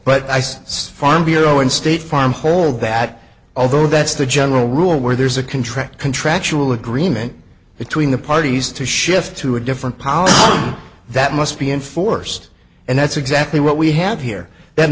it's farm bureau and state farm holdback although that's the general rule where there's a contract contractual agreement between the parties to shift to a different policy that must be enforced and that's exactly what we have here th